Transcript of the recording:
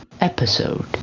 episode